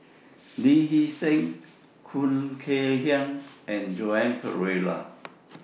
Lee Hee Seng Khoo Kay Hian and Joan Pereira